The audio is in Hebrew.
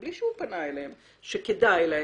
מישהו פנה אליהם והסביר שכדאי להם.